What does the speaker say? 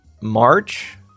March